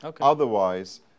Otherwise